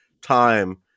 time